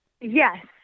yes